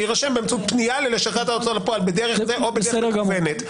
יירשם באמצעות פנייה ללשכת ההוצאה לפועל בדרך זו או בדרך מקוונת.